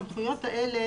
הסמכויות האלה,